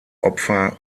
opfer